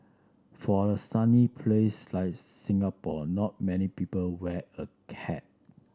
for a sunny place like Singapore not many people wear a hat